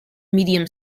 medium